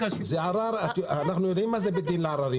אנחנו יודעים מה זה בית דין לעררים.